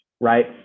right